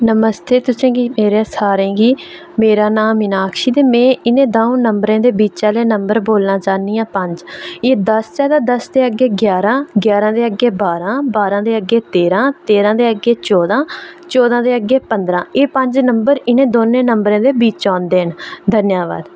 नमस्ते तुसेंगी सारें गी मेरा नां मिनाक्षी ते में इ'नें द'ऊं नंबरें दे बिच्च आह्ले नंबरें गी बोलना चाह्नियां पंज एह् दस ऐ ते दस दे अग्गे ग्यारह् ग्यारह् दे अग्गे बारां बारां दे अग्गे तेह्रां तेह्रां दे अग्गे चौह्दा चौह्दा दे अग्गे पंद्ररां एह् पंज नंबर इ'नें दौने नंबरें दे बिच्च औंदे न धन्यबाद